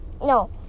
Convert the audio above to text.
No